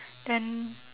then